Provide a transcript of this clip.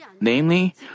Namely